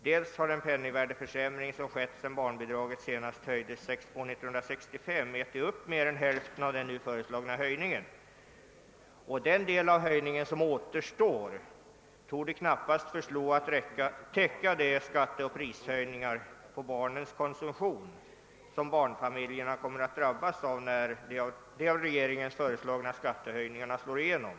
Den penningvärdeförsämring som skett sedan barnbidraget senast höjdes, år 1965, har ätit upp mer än hälften av den höjning som nu föreslås, och den del av höjningen som återstår torde knappast förslå att täcka de skatteoch prishöjningar på barnens konsumtion som barnfamiljerna kommer att drabbas av när de av regeringen föreslagna skattehöjningarna slår igenom.